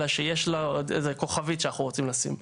אלא שיש לו עוד איזה כוכבית שאנחנו רוצים לשים.